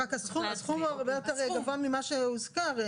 רק הסכום הרבה יותר גבוה ממה שהוזכר,